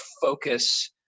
focus